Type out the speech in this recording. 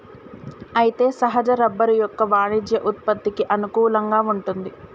అయితే సహజ రబ్బరు యొక్క వాణిజ్య ఉత్పత్తికి అనుకూలంగా వుంటుంది